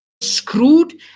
screwed